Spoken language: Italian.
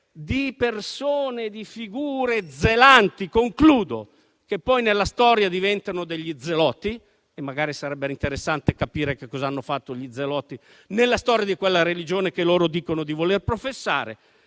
elemento di figure zelanti, che poi, nella storia, diventano degli zeloti. Magari sarebbe interessante capire che cosa hanno fatto gli zeloti nella storia di quella religione che loro dicono di voler professare.